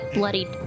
Bloodied